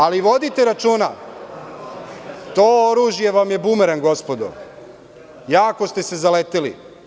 Ali, vodite računa, to oružje vam je bumerang, gospodo, jako ste se zaleteli.